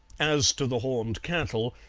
as to the horned cattle,